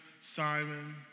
Simon